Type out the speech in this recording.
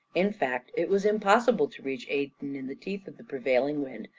in fact, it was impossible to reach aden in the teeth of the prevailing wind,